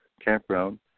Campground